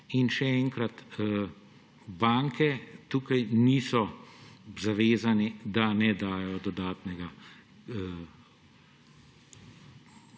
In še enkrat, banke tukaj niso zavezane, da ne dajejo dodatnega